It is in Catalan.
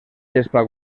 gespa